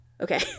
Okay